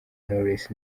knowless